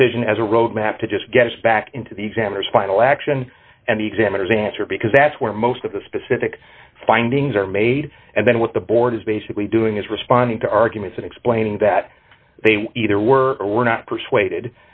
decision as a roadmap to just get us back into the exam or spinal action and examiners answer because that's where most of the specific findings are made and then with the board is basically doing is responding to arguments and explaining that they either were or were not persuaded